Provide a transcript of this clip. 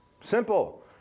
Simple